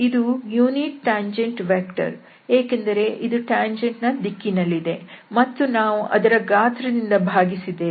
ಇದು unit tangent vector ಏಕೆಂದರೆ ಇದು ಟ್ಯಾಂಜೆಂಟ್ ನ ದಿಕ್ಕಿನಲ್ಲಿದೆ ಮತ್ತು ನಾವು ಅದರ ಗಾತ್ರದಿಂದ ಭಾಗಿಸಿದ್ದೇವೆ